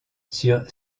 sur